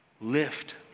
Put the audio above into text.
lift